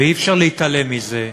ואי-אפשר להתעלם מזה,